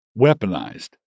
weaponized